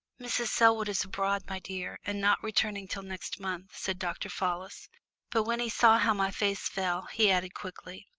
mrs. selwood is abroad, my dear, and not returning till next month, said dr. fallis but when he saw how my face fell, he added quickly,